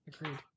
Agreed